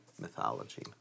mythology